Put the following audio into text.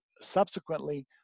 subsequently